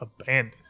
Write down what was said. abandoned